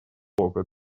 его